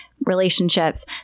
relationships